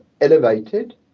elevated